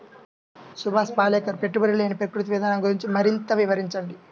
సుభాష్ పాలేకర్ పెట్టుబడి లేని ప్రకృతి విధానం గురించి మరింత వివరించండి